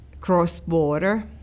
cross-border